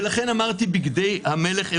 ולכן אמרתי: בגדי המלך העירום.